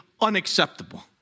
unacceptable